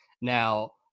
Now